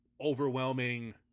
overwhelming